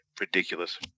ridiculous